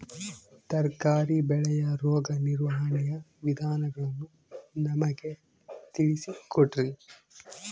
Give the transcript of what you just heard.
ತರಕಾರಿ ಬೆಳೆಯ ರೋಗ ನಿರ್ವಹಣೆಯ ವಿಧಾನಗಳನ್ನು ನಮಗೆ ತಿಳಿಸಿ ಕೊಡ್ರಿ?